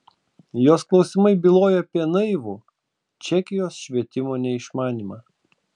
jos klausimai bylojo apie naivų čekijos švietimo neišmanymą